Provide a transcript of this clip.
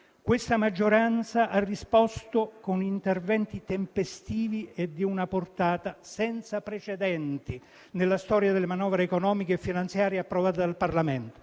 Questa maggioranza ha risposto con interventi tempestivi e di una portata senza precedenti nella storia delle manovre economiche e finanziarie approvate dal Parlamento.